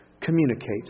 communicates